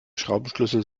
schraubenschlüssel